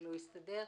ולא הסתדר.